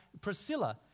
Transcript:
Priscilla